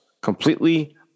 completely